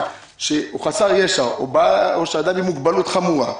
שהוא חסר ישע או אדם עם מוגבלות חמורה,